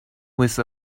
with